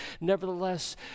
Nevertheless